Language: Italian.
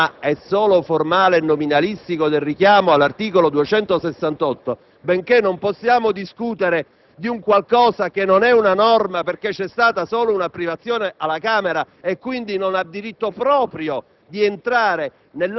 Se il problema è solo formale e nominalistico del richiamo all'articolo 268 del codice di procedura penale (benché non possiamo discutere di un qualcosa che non è una norma, perché c'è stata solo una privazione alla Camera, e quindi non ha diritto proprio